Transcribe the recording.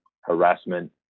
harassment